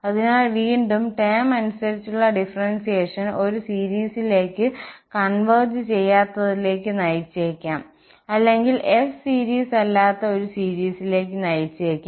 അതിനാൽ വീണ്ടും ടേം അനുസരിച്ചുള്ള ഡിഫറൻഷ്യേഷൻ ഒരു സീരിസിലേക്ക് കോൺവെർജ് ചെയ്യാത്തതിലേക്ക് നയിച്ചേക്കാം അല്ലെങ്കിൽ f സീരിസ് അല്ലാത്ത ഒരു സീരിസിലേക്ക് നയിച്ചേക്കാം